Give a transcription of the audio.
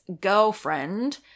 girlfriend